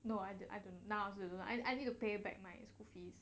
no I don't I don't now I also don't know I need to pay back my school fees